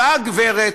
אותה הגברת,